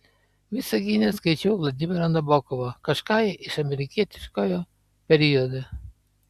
visagine skaičiau vladimirą nabokovą kažką iš amerikietiškojo periodo